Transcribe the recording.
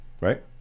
right